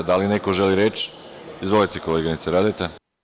Da li neko želi reč? (Da) Izvolite, koleginice Radeta.